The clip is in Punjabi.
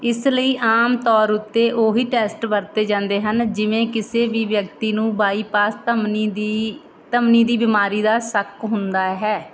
ਇਸ ਲਈ ਆਮ ਤੌਰ ਉੱਤੇ ਉਹੀ ਟੈਸਟ ਵਰਤੇ ਜਾਂਦੇ ਹਨ ਜਿਵੇਂ ਕਿਸੇ ਵੀ ਵਿਅਕਤੀ ਨੂੰ ਬਾਈਪਾਸ ਧਮਣੀ ਦੀ ਧਮਣੀ ਦੀ ਬਿਮਾਰੀ ਦਾ ਸ਼ੱਕ ਹੁੰਦਾ ਹੈ